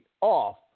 off